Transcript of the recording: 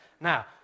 Now